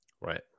Right